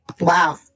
Wow